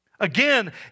Again